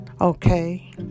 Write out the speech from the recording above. Okay